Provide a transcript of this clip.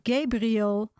Gabriel